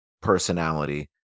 personality